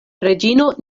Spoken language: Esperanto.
reĝino